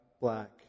black